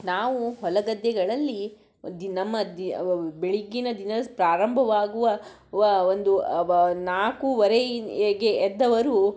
ನಾವು ಹೊಲ ಗದ್ದೆಗಳಲ್ಲಿ ದಿನ ನಮ್ಮ ದಿ ಬೆಳಗ್ಗಿನ ದಿನ ಪ್ರಾರಂಭವಾಗುವ ವ ಒಂದು ಬ ಒಂದು ನಾಲ್ಕುವರೆಗೆ ಎದ್ದವರು